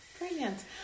brilliant